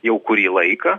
jau kurį laiką